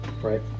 Right